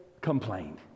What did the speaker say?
complained